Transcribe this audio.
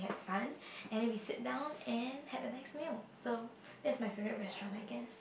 have fun and we then sit down and have a nice meal so that is my favourite restaurant I guess